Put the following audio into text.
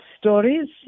stories